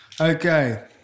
Okay